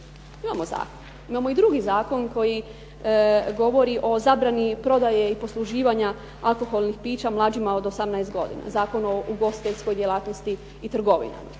Imamo i drugi zakon koji govori o zabrani prodaje i posluživanja alkoholnih pića mlađima od 18 godina, Zakon o ugostiteljskoj djelatnosti i trgovinama.